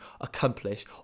accomplish